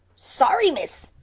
sorry, miss!